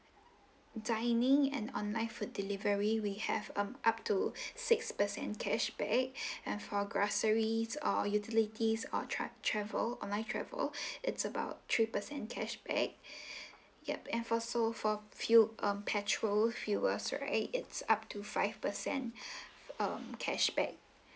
dining and online food delivery we have um up to six percent cashback and for groceries or utilities or tra~ travel online travel it's about three percent cashback yup and for also for fuel um petrol fuels right it's up to five percent um cashback